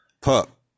Pup